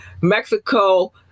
Mexico